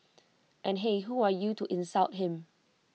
and hey who are you to insult him